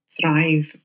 thrive